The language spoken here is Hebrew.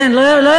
אין, לא יעבור.